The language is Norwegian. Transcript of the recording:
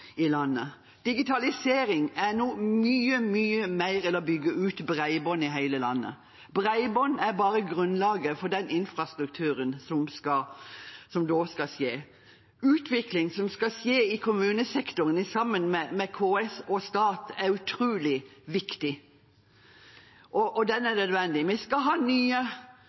i landet. Digitalisering er mye mer enn det å bygge ut bredbånd i hele landet. Bredbånd er bare grunnlaget for infrastrukturen og det som skal skje. Utviklingen som skal skje i kommunesektoren, sammen med KS og stat, er utrolig viktig, og den er nødvendig. Vi skal ha nye